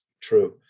true